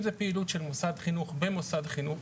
אם זאת פעילות של מוסד חינוך במוסד חינוך,